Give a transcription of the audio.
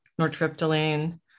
nortriptyline